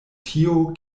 tio